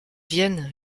viennent